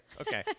Okay